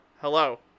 Hello